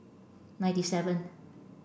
ninety seven